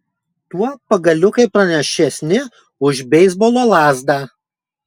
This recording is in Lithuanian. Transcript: tuo pagaliukai pranašesni už beisbolo lazdą